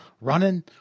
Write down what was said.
running